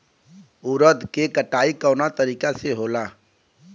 उरद के कटाई कवना तरीका से होला?